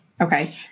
Okay